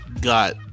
got